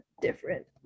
different